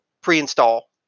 pre-install